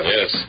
Yes